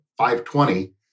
520